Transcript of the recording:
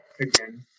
again